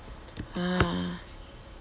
ah